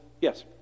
Yes